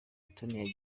mutoni